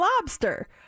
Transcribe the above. Lobster